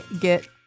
get